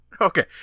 Okay